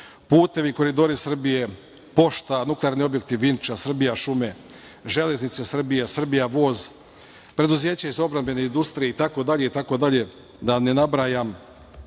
Putevi, Koridori Srbije, Pošta, Nuklearni objekti Vinča, Srbijašume, Železnice Srbije, Srbijavoz, preduzeće iz odbrambene industrije itd, da vam ne nabrajam. To